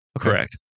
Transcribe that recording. Correct